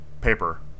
paper